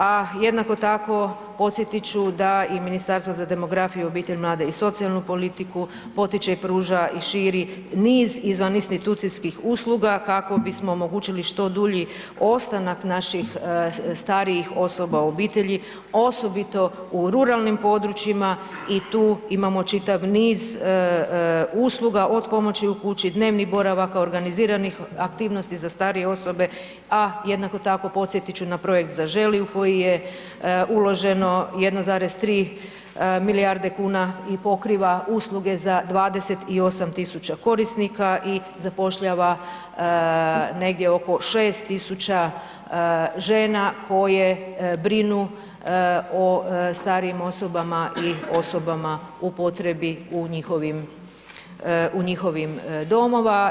A jednako tako podsjetit ću da i Ministarstvo za demografiju, obitelj, mlade i socijalnu politiku potiče i pruža i širi niz izvan institucijskih usluga kako bismo omogućili što dulji ostanak naših starijih osoba u obitelji osobito u ruralnim područjima i tu imamo čitav niz usluga, od pomoći u kući, dnevnih boravaka, organiziranih aktivnosti za starije osobe, a jednako tako podsjetit ću na projekt „Zaželi“ u koji je uloženo 1,3 milijarde kuna i pokriva usluge za 28.000 korisnika i zapošljava negdje oko 6.000 žena koje brinu o starijim osobama i osobama u potrebi u njihovim, u njihovim domova.